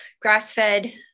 grass-fed